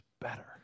better